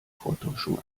vortäuschung